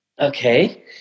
Okay